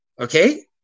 Okay